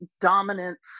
dominance